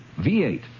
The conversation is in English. V8